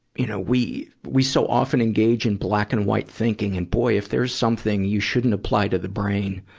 you know, we, we so often engage in black and white thinking. and boy, if there's something you shouldn't apply to the brain,